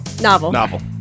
Novel